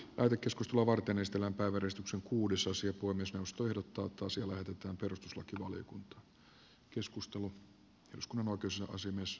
on keskustelua varten ystävänpäiväristuksen kuudes osia kuin myös perustui ruttoa puhemiesneuvosto ehdottaa että asia lähetetään perustuslakivaliokuntaan